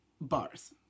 bars